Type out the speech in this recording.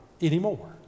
anymore